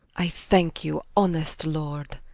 i thanke you honest lord.